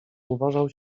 uważał